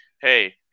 hey